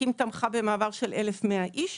אקי"ם תמכה במעבר של 1,100 איש